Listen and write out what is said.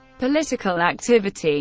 political activity